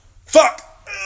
fuck